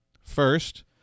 First